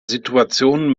situation